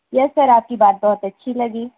یس sir آپ کی بات بہت اچھی لگی